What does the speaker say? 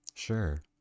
Sure